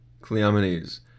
Cleomenes